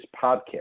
podcast